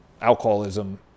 alcoholism